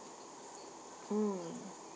mm